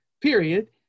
period